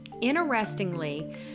interestingly